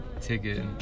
ticket